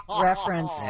reference